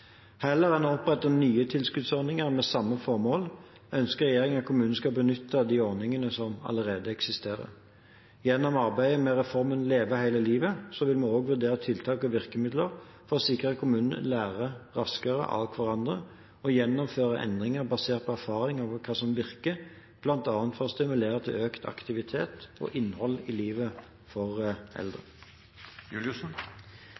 Heller enn å opprette nye tilskuddsordninger med samme formål ønsker regjeringen at kommunene skal benytte de ordningene som allerede eksisterer. Gjennom arbeidet med reformen «Leve hele livet» vil vi også vurdere tiltak og virkemidler for å sikre at kommunene lærer raskere av hverandre og gjennomfører endringer basert på erfaringer med hva som virker, bl.a. for å stimulere til økt aktivitet og innhold i livet for eldre.